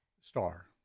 star